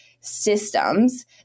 systems